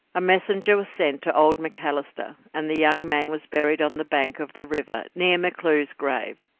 a messenger was sent to old macalister, and the young man was buried on the bank of the river near mcclure's grave.